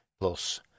plus